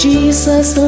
Jesus